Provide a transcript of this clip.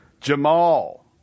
Jamal